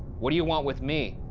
what do you want with me?